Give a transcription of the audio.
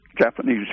Japanese